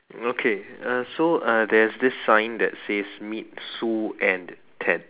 okay uh so uh there's this sign that says meet Sue and Ted